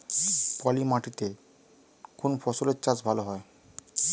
পলি মাটিতে কোন ফসলের চাষ ভালো হয়?